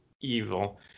evil